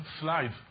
slide